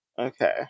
Okay